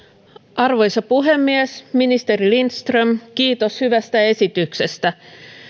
arvoisa puhemies ministeri lindström kiitos hyvästä esityksestä